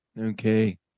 Okay